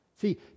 See